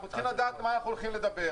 אנחנו צריכים לדעת על מה אנחנו הולכים לדבר.